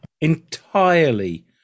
entirely